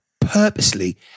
purposely